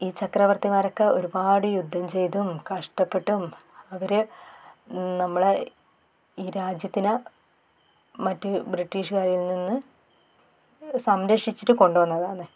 ഈ ചക്രവർത്തിമാരൊക്കെ ഒരുപാട് യുദ്ധം ചെയ്തും കഷ്ടപ്പെട്ടും അവർ നമ്മുടെ ഈ രാജ്യത്തിനെ മറ്റു ബ്രിട്ടീഷുകാരിൽ നിന്ന് സംരക്ഷിച്ചിട്ട് കൊണ്ടു വന്നതാണ്